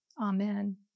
Amen